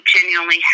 genuinely